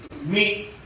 meet